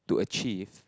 to achieve